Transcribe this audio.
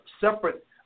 separate